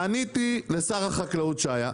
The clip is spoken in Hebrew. פניתי לשר החקלאות שהיה,